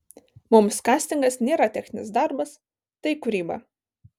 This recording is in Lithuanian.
mums kastingas nėra techninis darbas tai kūryba